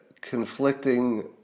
conflicting